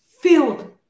filled